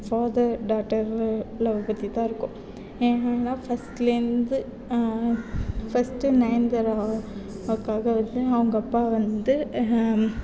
father daughter love பற்றி தான் இருக்கும் ஏன்னால் ஃபஸ்ட்லேருந்து ஃபஸ்ட்டு நயன்தாராவுக்காக வந்து அவங்க அப்பா வந்து